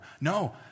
No